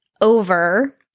over